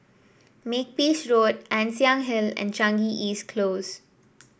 Makepeace Road Ann Siang Hill and Changi East Close